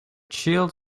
child